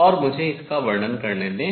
और मुझे इसका वर्णन करने दें